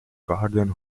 garden